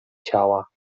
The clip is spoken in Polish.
ciała